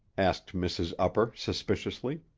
asked mrs. upper suspiciously.